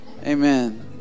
Amen